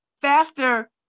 faster